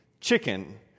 chicken